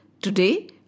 Today